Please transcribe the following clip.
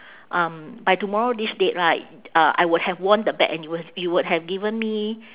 um by tomorrow this date right uh I would have won the bet and you w~ you would have given me